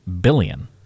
billion